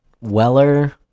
Weller